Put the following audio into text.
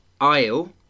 aisle